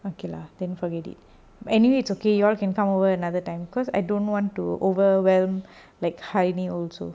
okay lah then forget it anyway it's okay you all can come over another time because I don't want to overwhelm like harini also